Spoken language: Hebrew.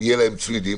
יהיו להם צמידים.